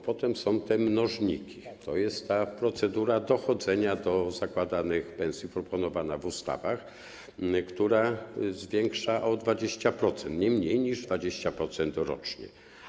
Potem są mnożniki, to jest procedura dochodzenia do zakładanych pensji, proponowana w ustawach, która zwiększa to o 20%, nie mniej niż 20% rocznie.